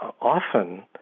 often